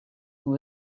who